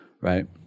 right